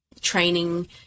training